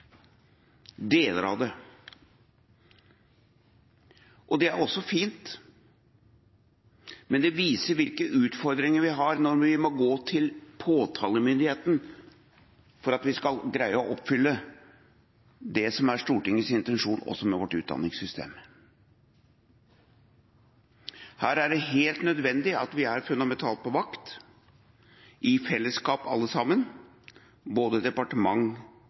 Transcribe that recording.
deler av den. Det er også fint, men det viser hvilke utfordringer vi har når vi må gå til påtalemyndigheten for at vi skal greie å oppfylle det som er Stortingets intensjon med vårt utdanningssystem. Her er det helt nødvendig at vi er fundamentalt på vakt i fellesskap alle sammen, både departement